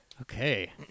Okay